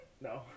No